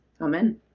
Amen